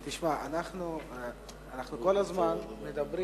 תשמע, אנחנו כל הזמן מדברים